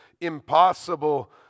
impossible